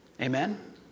Amen